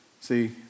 See